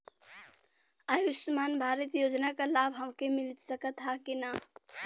आयुष्मान भारत योजना क लाभ हमके मिल सकत ह कि ना?